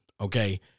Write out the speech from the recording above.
okay